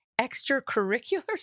extracurriculars